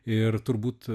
ir turbūt